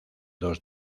dos